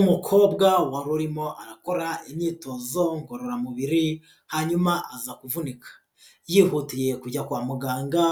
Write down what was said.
Umukobwa wari urimo arakora imyitozo ngororamubiri hanyuma aza kuvunika, yihutiye kujya kwa muganga